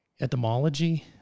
etymology